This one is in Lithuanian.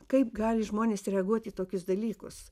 kaip gali žmonės reaguoti į tokius dalykus